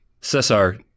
Cesar